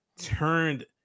turned